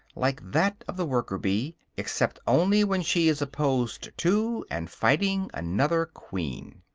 like that of the worker-bee except only when she is opposed to, and fighting, another queen.